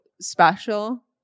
special